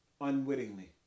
unwittingly